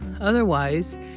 otherwise